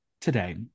today